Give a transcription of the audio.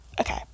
Okay